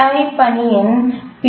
Ti பணியின் period Pi